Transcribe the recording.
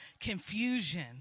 confusion